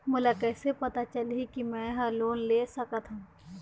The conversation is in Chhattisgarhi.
मोला कइसे पता चलही कि मैं ह लोन ले सकथों?